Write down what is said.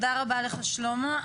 תודה רבה לך, שלמה.